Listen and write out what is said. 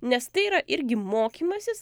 nes tai yra irgi mokymasis